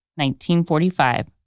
1945